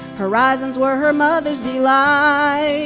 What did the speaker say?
horizons were her mother's delight,